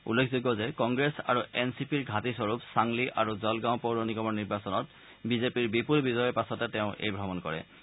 উল্লেখযোগ্য যে কংগ্ৰেছ আৰু এন চি পিৰ ঘাটীস্বৰূপ চাংলি আৰু জলগাঁও পৌৰ নিগমৰ নিৰ্বাচনত বিজেপিৰ বিপূল বিজয়ৰ পাছতে তেওঁ এই ভ্ৰমণ কৰিছে